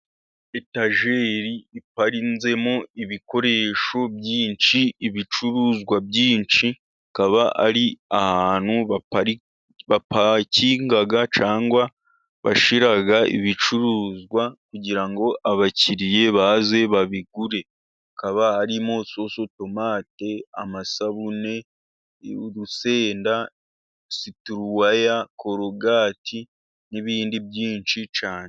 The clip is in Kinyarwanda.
Etageri iparitsemo ibikoresho byinshi, ibicuruzwa byinshi, ikaba ari ahantu bapacyinga cyangwa bashyira ibicuruzwa, kugira ngo abakiriya baze babigure, hakaba harimo sosotomate, amasabune, urusenda, situruwaya, korogati, n'ibindi byinshi cyane.